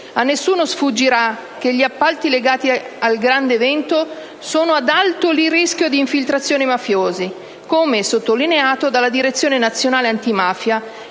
A nessuno sfuggirà che gli appalti legati al grande evento sono ad alto rischio di infiltrazione mafiosa, come sottolineato dalla Direzione nazionale antimafia